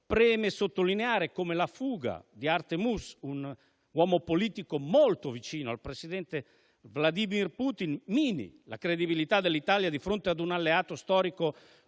preme sottolineare come la fuga di Artem Uss, un uomo politico molto vicino al presidente Vladimir Putin, mini la credibilità dell'Italia di fronte a un alleato storico